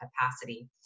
capacity